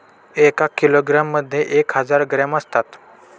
एका किलोग्रॅम मध्ये एक हजार ग्रॅम असतात